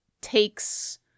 takes